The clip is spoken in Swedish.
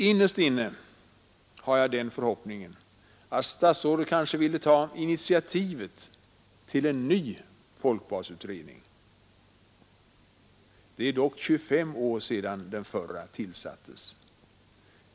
Innerst inne har jag den förhoppningen att statsrådet Bengtsson ville ta initiativet till en ny folkbadsutredning. Det är dock 25 år sedan den förra tillsattes.